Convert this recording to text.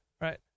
Right